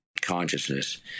consciousness